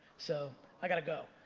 so i gotta go.